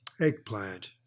Eggplant